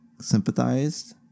sympathized